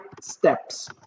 steps